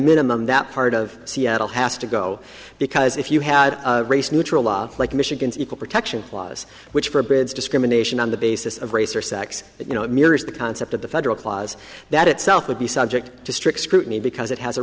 minimum that part of seattle has to go because if you had race neutral law like michigan's equal protection clause which forbids discrimination on the basis of race or sex you know it mirrors the concept of the federal clause that itself would be subject to strict scrutiny because it has a